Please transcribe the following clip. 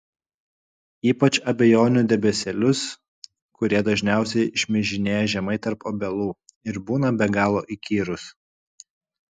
ypač abejonių debesėlius kurie dažniausiai šmižinėja žemai tarp obelų ir būna be galo įkyrūs